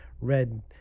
red